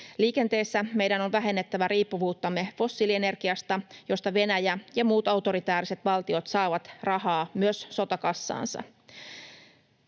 Liikenteessä meidän on vähennettävä riippuvuuttamme fossiilienergiasta, josta Venäjä ja muut autoritääriset valtiot saavat rahaa myös sotakassaansa.